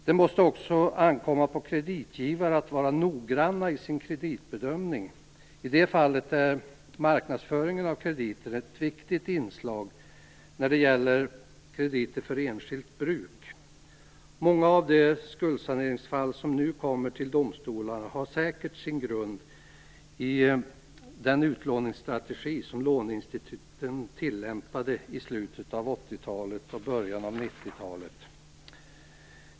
Det måste också ankomma på kreditgivare att vara noggranna i sin kreditbedömning. När det gäller krediter för enskilt bruk är marknadsföringen av krediter ett viktigt inslag. Många av de skuldsaneringsfall som nu kommer till domstolarna har säkert sin grund i den utlåningsstrategi som låneinstituten tillämpade i slutet av 80-talet och början av 90-talet.